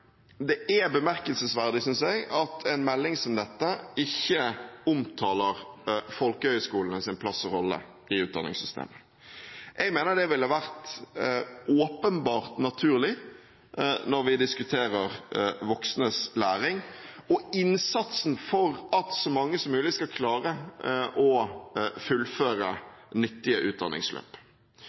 Det er bemerkelsesverdig at en melding som dette ikke omtaler folkehøyskolenes plass og rolle i utdanningssystemet. Jeg mener det ville vært åpenbart naturlig når vi diskuterer voksnes læring og innsatsen for at så mange som mulig skal klare å fullføre nyttige utdanningsløp.